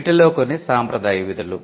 వీటిలో కొన్ని సాంప్రదాయ విధులు